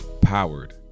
powered